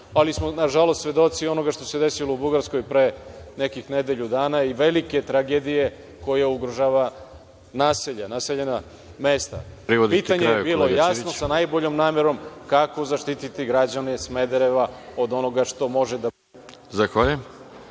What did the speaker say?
ali smo nažalost svedoci onoga što se desilo u Bugarskoj pre nekih nedelju dana i velike tragedije koja ugrožava naseljena mesta. Pitanje je bilo jasno i sa najboljom namerom – kako zaštiti građane Smedereva od onoga što može da se